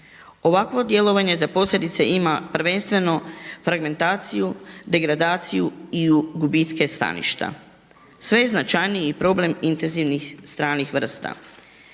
Ovakvo djelovanje za posljedice ima prvenstveno fragmentaciju, degradaciju i gubitke staništa. Sve je značajniji problem intenzivnih stranih vrsta.